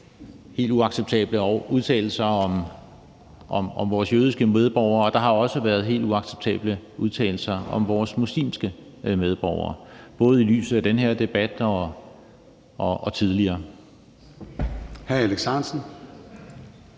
helt uacceptable udtalelser om vores jødiske medborgere; der har også været helt uacceptable udtalelser om vores muslimske medborgere, både i lyset af den her debat og tidligere.